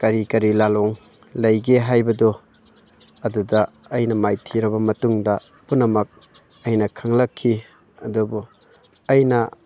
ꯀꯔꯤ ꯀꯔꯤ ꯂꯥꯜꯂꯣꯡ ꯂꯩꯒꯦ ꯍꯥꯏꯕꯗꯨ ꯑꯗꯨꯗ ꯑꯩꯅ ꯃꯥꯏꯊꯤꯔꯕ ꯃꯇꯨꯡꯗ ꯄꯨꯝꯅꯃꯛ ꯑꯩꯅ ꯈꯪꯂꯛꯈꯤ ꯑꯗꯨꯕꯨ ꯑꯩꯅ